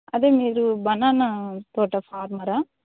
అదే మీరూ బనానా తోట ఫార్మరా